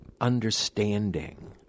understanding